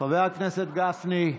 חבר הכנסת גפני,